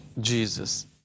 Jesus